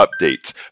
updates